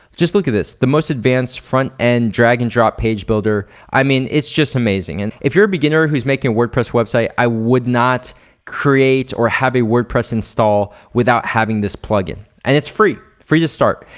just look at this. the most advanced front end drag and drop page builder. i mean, it's just amazing and if you're a beginner who's making a wordpress website i would not create or have a wordpress install without having this plugin and it's free. free to start.